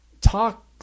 talk